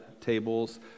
tables